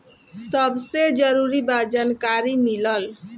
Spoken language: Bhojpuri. सबसे जरूरी बा जानकारी मिलल